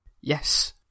Yes